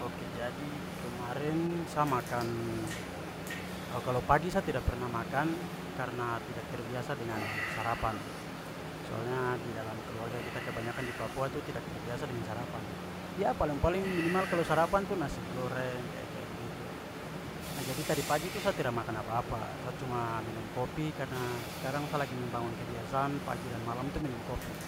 Ok, jadi kemarin sa makan- kalau pagi sa tidak pernah makan karena tidak terbiasa dengan sarapan. Soalnya di dalam keluarga kita kebanyakan di papua tu tidak terbiasa dengan sarapan. Ya, paling-paling minimal kalau sarapan tu nasi goreng kayak-kayak begitu. Jadi, tadi pagi tu sa tidak makan apa-apa sa cuma minum kopi karena sekarang sa lagi membangun kebiasaan pagi dan malam itu minum kopi.